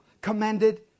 commended